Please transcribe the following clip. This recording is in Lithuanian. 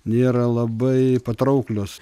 nėra labai patrauklios